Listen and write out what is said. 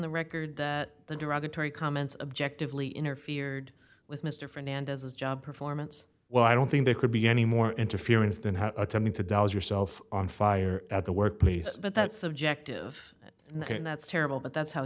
the record that the derogatory comments objectively interfered with mr fernandez's job performance well i don't think there could be any more interference than attending to dollars yourself on fire at the workplace but that's subjective and that's terrible but that's how